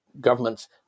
governments